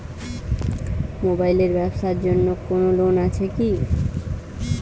Mobile এর ব্যাবসার জন্য কোন লোন আছে কি?